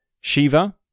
Shiva